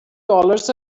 dollars